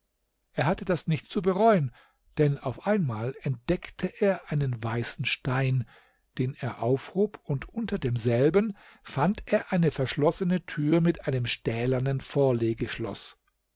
er hatte das nicht zu bereuen denn auf einmal entdeckte er einen weißen stein den er aufhob und unter demselben fand er eine verschlossene tür mit einem stählernen